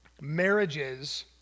marriages